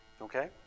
Okay